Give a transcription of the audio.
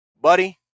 Buddy